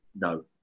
No